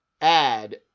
add